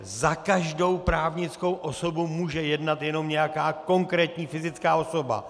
Za každou právnickou osobu může jednat jenom nějaká konkrétní fyzická osoba.